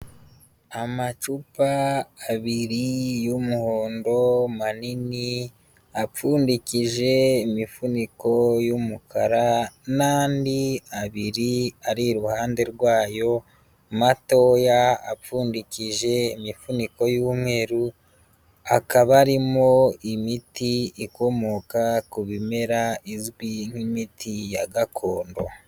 Amacupa abiri y'umuhondo manini, apfundikije imifuniko y'umukara n'andi abiri ari iruhande rwayo matoya apfundikije imifuniko y'umweru, akaba arimo imiti ikomoka ku bimera izwi nk'imiti ya gakondo.